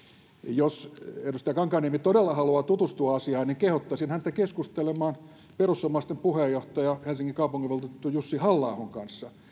jos edustaja kankaanniemi todella haluaa tutustua asiaan niin kehottaisin häntä keskustelemaan perussuomalaisten puheenjohtajan helsingin kaupunginvaltuutetun jussi halla ahon kanssa